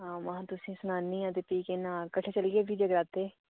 आं महां तुसें सनान्नी आं ते फ्ही के नांऽ किट्ठे चलगे जगरातै